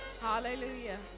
Hallelujah